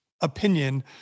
opinion